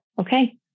okay